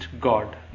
God